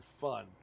fun